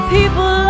People